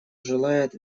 желает